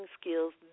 skills